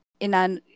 inan